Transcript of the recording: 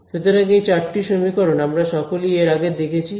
সুতরাং এই চারটি সমীকরণ আমরা সকলেই এর আগে দেখেছি